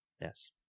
Yes